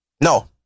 No